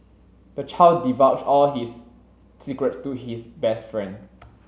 the child divulge all his secrets to his best friend